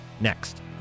next